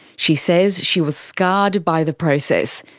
she says she was scarred by the process,